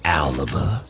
oliver